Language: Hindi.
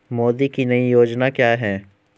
मोदी की नई योजना क्या है?